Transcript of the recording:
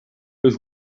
los